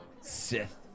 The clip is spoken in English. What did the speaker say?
sith